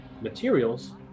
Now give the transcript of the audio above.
materials